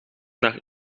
naar